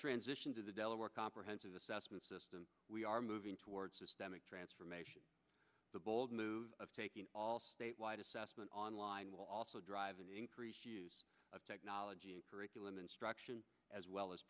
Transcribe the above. transition to the delaware comprehensive assessment system we are moving towards systemic transformation the bold move of taking all statewide assessment online will also drive an increased use of technology in curriculum instruction as well as